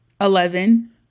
Eleven